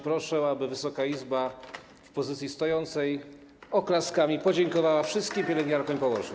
Proszę, aby Wysoka Izba w pozycji stojącej oklaskami podziękowała wszystkim pielęgniarkom i położnym.